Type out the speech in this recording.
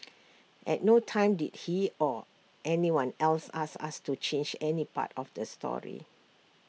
at no time did he or anyone else ask us to change any part of the story